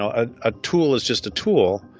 ah ah a tool is just a tool,